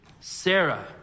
Sarah